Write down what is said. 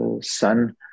son